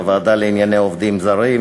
בוועדה לענייני עובדים זרים,